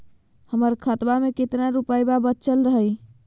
हमर खतवा मे कितना रूपयवा बचल हई?